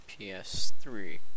PS3